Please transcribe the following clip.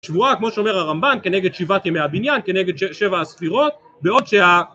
שבועה, כמו שאומר הרמב"ן, כנגד שבעת ימי הבניין, כנגד שבעה ספירות, בעוד שה...